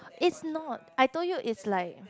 it's not I told you it's like